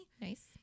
Nice